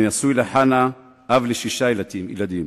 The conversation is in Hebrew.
אני נשוי לחנה ואב לשישה ילדים.